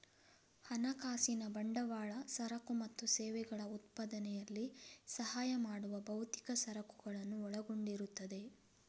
ಹಣಕಾಸಿನ ಬಂಡವಾಳ ಸರಕು ಮತ್ತು ಸೇವೆಗಳ ಉತ್ಪಾದನೆಯಲ್ಲಿ ಸಹಾಯ ಮಾಡುವ ಭೌತಿಕ ಸರಕುಗಳನ್ನು ಒಳಗೊಂಡಿರುತ್ತದೆ